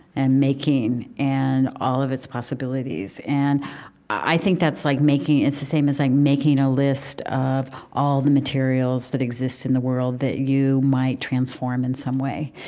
and making, and all of its possibilities. and i think that's like making it's the same as like making a list of all the materials that exist in the world that you might transform in some way.